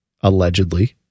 allegedly